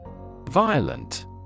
Violent